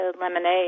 lemonade